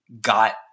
got